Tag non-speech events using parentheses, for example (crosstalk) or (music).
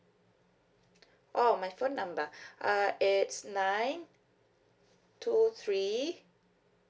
oh my phone number (breath) uh it's nine two three